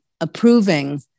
approving